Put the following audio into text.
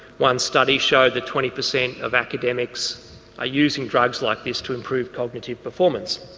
one study showed that twenty per cent of academics are using drugs like this to improve cognitive performance.